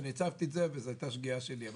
אני הצפתי את זה וזאת הייתה שגיאה שלי.